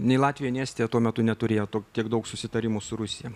nei latvija nei estija tuo metu neturėjo to tiek daug susitarimų su rusija